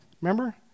Remember